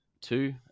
two